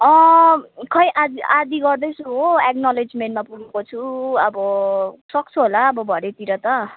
खोइ आज आदि गर्दैछु हो एकनलेजमेन्टमा पुगेको छु अब सक्छु होला अब भरेतिर त